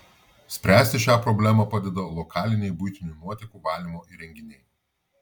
spręsti šią problemą padeda lokaliniai buitinių nuotekų valymo įrenginiai